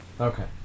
Okay